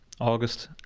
August